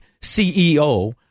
CEO